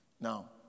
Now